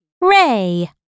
ray